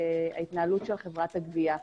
ההתנהלות של חברת הגבייה.